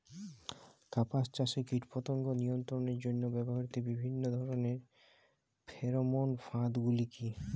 কাপাস চাষে কীটপতঙ্গ নিয়ন্ত্রণের জন্য ব্যবহৃত বিভিন্ন ধরণের ফেরোমোন ফাঁদ গুলি কী?